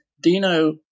Dino